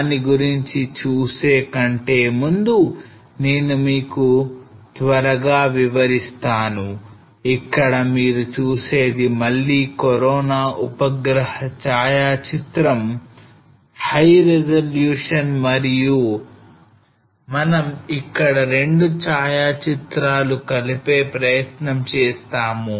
దాని గురించి చూసే కంటే ముందు నేను మీకు త్వరగా వివరిస్తాను ఇక్కడ మీరు చూసేది మళ్లీ corona ఉపగ్రహ ఛాయాచిత్రం high resolution మరియు మనం ఇక్కడ రెండు చాయా చిత్రాలను కలిపే ప్రయత్నం చేస్తాము